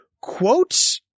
quotes